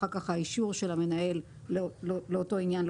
אחר כך האישור של המנהל לאותו עניין,